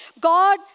God